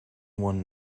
one